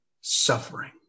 suffering